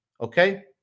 okay